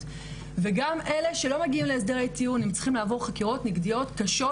וגם אלה שלא מגיע להסדרי טיעון הם צריכים לעבור חקירות נגדיות קשות,